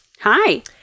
Hi